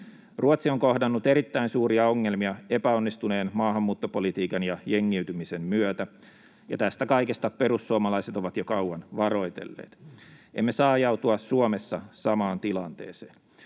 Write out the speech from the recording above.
Ruotsi on kohdannut erittäin suuria ongelmia epäonnistuneen maahanmuuttopolitiikan ja jengiytymisen myötä, ja tästä kaikesta perussuomalaiset ovat jo kauan varoitelleet. Emme saa ajautua Suomessa samaan tilanteeseen.